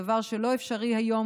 דבר שלא אפשרי היום,